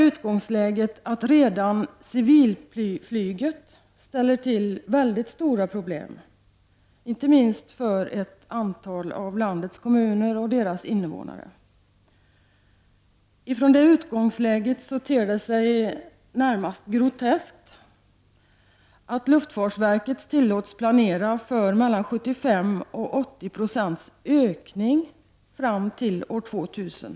Utgångsläget är att redan civilflyget ställer till mycket stora problem, inte minst för ett antal av landets kommuner och deras invånare. Med det utgångsläget ter det sig närmast groteskt att luftfartsverket tillåts planera för en ökning på mellan 75 och 80 76 fram till år 2000.